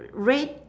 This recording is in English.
red